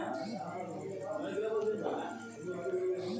KYC ఎన్ని రకాలు?